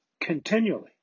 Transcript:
continually